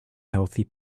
healthy